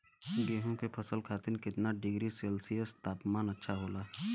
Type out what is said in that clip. गेहूँ के फसल खातीर कितना डिग्री सेल्सीयस तापमान अच्छा होला?